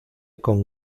con